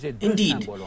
Indeed